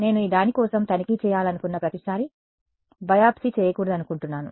నేను ఈ దాని కోసం తనిఖీ చేయాలనుకున్న ప్రతిసారీ బయాప్సీ చేయకూడదనుకుంటున్నాను